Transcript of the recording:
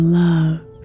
love